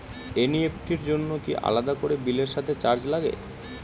NEFT র জন্য কি আলাদা করে বিলের সাথে চার্জ লাগে?